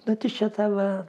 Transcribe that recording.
nu tai čia ta va